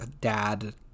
dad